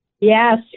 Yes